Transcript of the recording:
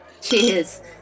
Cheers